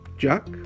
Jack